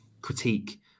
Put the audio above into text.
critique